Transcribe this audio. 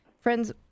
Friends